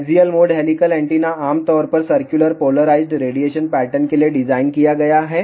axial mode helical antenna आमतौर पर circular polarised radiation pattern के लिए डिज़ाइन किया गया है